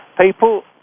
people